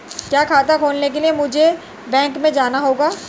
क्या खाता खोलने के लिए मुझे बैंक में जाना होगा?